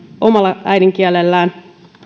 omalla äidinkielellään